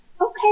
Okay